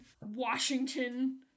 Washington